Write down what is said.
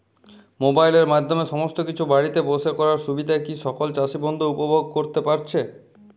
মোবাইলের মাধ্যমে সমস্ত কিছু বাড়িতে বসে করার সুবিধা কি সকল চাষী বন্ধু উপভোগ করতে পারছে?